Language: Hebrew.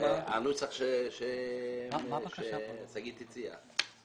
הנוסח ששגית הציעה,